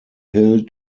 hill